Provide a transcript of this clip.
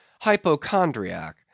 hypochondriac